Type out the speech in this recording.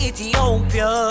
Ethiopia